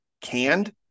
Canned